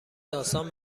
داستان